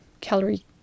calorie